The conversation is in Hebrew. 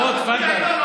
בוא, תפדל.